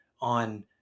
on